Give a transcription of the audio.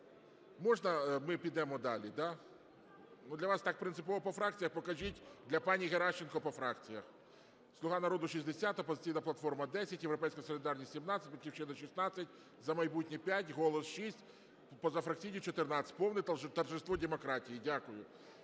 можна ми підемо далі, да? Ну, для вас так принципово по фракціях? Покажіть для пані Геращенко по фракціях. "Слуга народу" – 60, "Опозиційна платформа" – 10, "Європейська солідарність" – 17, "Батьківщина" – 16, "За майбутнє" – 5, "Голос" – 6, позафракційні – 14. Повне торжество демократії. Дякую.